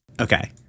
Okay